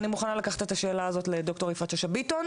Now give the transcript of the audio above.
אני מוכנה לקחת את השאלה הזו לד"ר יפעת שאשא ביטון,